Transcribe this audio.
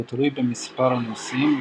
והוא תלוי במספר הנוסעים,